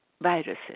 viruses